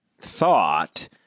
thought